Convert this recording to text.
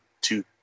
two